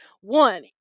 one